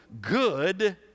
good